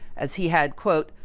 as he had quote,